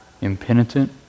impenitent